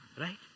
Right